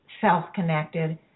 self-connected